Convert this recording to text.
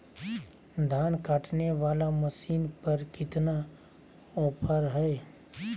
धान काटने वाला मसीन पर कितना ऑफर हाय?